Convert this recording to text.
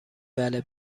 بله